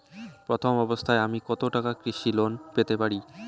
প্রথম অবস্থায় আমি কত টাকা কৃষি লোন পেতে পারি?